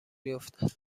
بیفتد